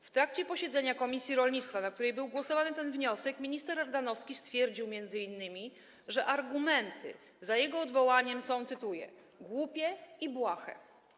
W trakcie posiedzenia komisji rolnictwa, na której był poddany pod głosowanie ten wniosek, minister Ardanowski stwierdził m.in., że argumenty za jego odwołaniem są, cytuję: głupie i błahe.